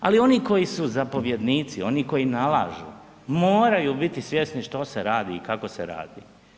Ali oni koji su zapovjednici, oni koji nalažu moraju biti svjesni što se radi i kako se radi.